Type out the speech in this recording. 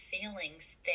feelings